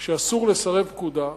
שאסור לסרב פקודה,